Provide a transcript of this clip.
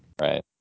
Right